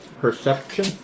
perception